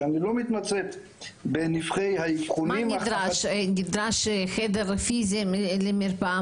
שאני לא מתמצאת בנבכי האבחונים --- נדרש חדר פיזי למרפאה?